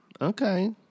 Okay